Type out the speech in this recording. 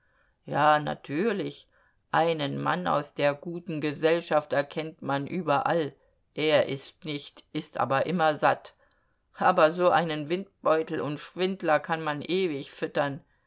ja natürlich einen mann aus der guten gesellschaft erkennt man überall er ißt nicht ist aber immer satt aber so einen windbeutel und schwindler kann man ewig füttern